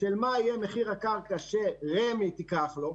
נותנת לו לגבי מחיר הקרקע שרמ"י תיקח לו.